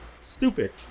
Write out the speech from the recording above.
stupid